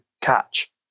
catch